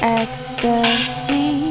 ecstasy